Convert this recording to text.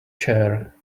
chair